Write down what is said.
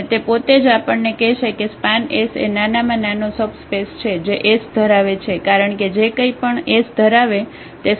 અને તે પોતે જ આપણને કહેશે કે સ્પાન એ નાનામાં નાનો સબસ્પેસ છે જે S ધરાવે છે કારણ કે જે કંઈ પણ S ધરાવે તે સ્પાન પણ ધરાવે છે